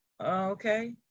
Okay